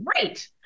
great